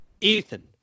Ethan